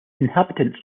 inhabitants